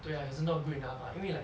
对啊可是 not good enough ah 因为 like